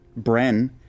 Bren